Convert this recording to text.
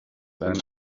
then